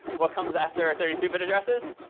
what comes after thirty two bit addresses?